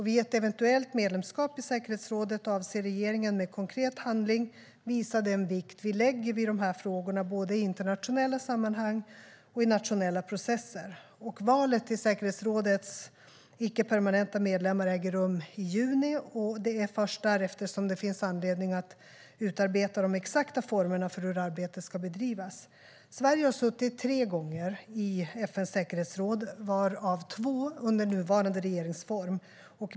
Vid ett eventuellt medlemskap i säkerhetsrådet avser regeringen att med konkret handling visa den vikt vi lägger vid dessa frågor, både i internationella sammanhang och i nationella processer. Valet till säkerhetsrådets icke-permanenta medlemmar äger rum i juni, och det är först därefter som det finns anledning att utarbeta de exakta formerna för hur arbetet ska bedrivas. Sverige har suttit tre gånger i FN:s säkerhetsråd, varav två under nuvarande regeringsform.